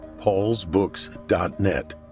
paulsbooks.net